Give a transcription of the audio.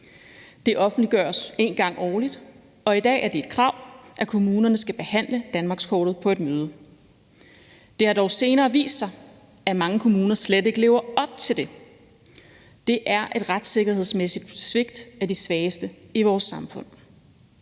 Det offentliggøres en gang årligt, og i dag er det et krav, at kommunerne skal behandle danmarkskortet på et møde. Det har dog senere vist sig, at mange kommuner slet ikke lever op til det. Det er et retssikkerhedsmæssigt svigt af de svageste i vores samfund.